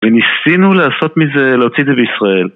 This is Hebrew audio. וניסינו לעשות מזה, להוציא את זה לישראל